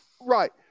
Right